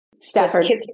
Stafford